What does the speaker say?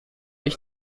ich